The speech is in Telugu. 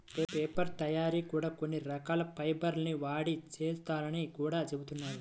పేపర్ తయ్యారీ కూడా కొన్ని రకాల ఫైబర్ ల్ని వాడి చేత్తారని గూడా జెబుతున్నారు